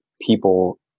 people